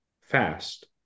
fast